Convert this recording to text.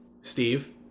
Steve